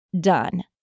done